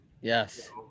Yes